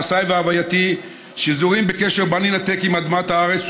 מעשיי והווייתי שזורים בקשר בל ינתק עם אדמת הארץ,